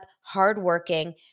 hardworking